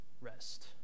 rest